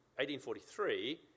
1843